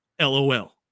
lol